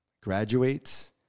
graduates